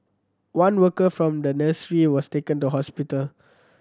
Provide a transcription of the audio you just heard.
one worker from the nursery was taken to hospital